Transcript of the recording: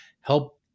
help